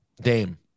Dame